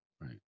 Right